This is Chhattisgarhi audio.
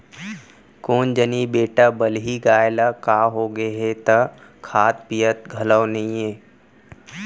कोन जनी बेटा बलही गाय ल का होगे हे त खात पियत घलौ नइये